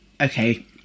okay